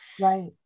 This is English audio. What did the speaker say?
Right